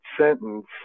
sentence